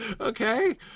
Okay